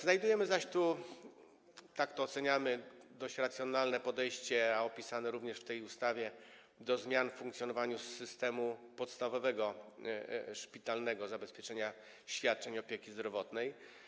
Znajdujemy zaś tu, tak to oceniamy, dość racjonalne podejście, opisane również w tej ustawie, do zmian w funkcjonowaniu systemu podstawowego szpitalnego zabezpieczenia świadczeń opieki zdrowotnej.